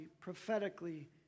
prophetically